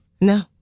No